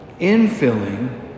infilling